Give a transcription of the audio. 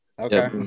Okay